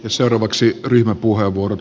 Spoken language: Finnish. seuraavaksi ryhmäpuheenvuorot